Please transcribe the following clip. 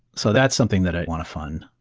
so that's something that i want to fund.